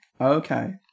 Okay